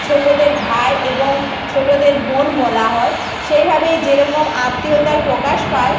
ছোটোদের ভাই এবং ছোটোদের বোন বলা হয় সেইভাবেই যেরকম আত্মীয়তার প্রকাশ পায়